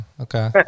okay